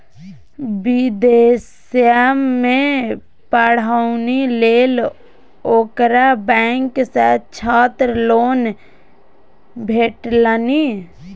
विदेशमे पढ़ौनी लेल ओकरा बैंक सँ छात्र लोन भेटलनि